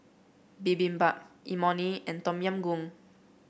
Bibimbap Imoni and Tom Yam Goong